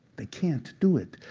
they can't do it.